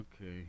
Okay